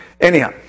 Anyhow